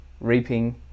reaping